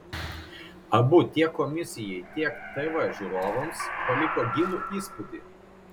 abu tiek komisijai tiek tv žiūrovams paliko gilų įspūdį